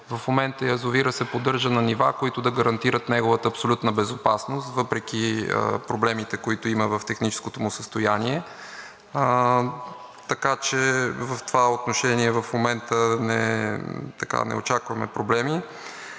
в момента язовирът се поддържа на нива, които да гарантират неговата абсолютна безопасност въпреки проблемите, които има в техническото му състояние. Така че в това отношение в момента не очакваме проблеми.